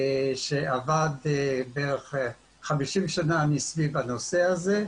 עבדתי בערך 50 שנה סביב הנושא הזה,